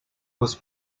was